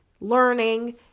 learning